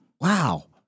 Wow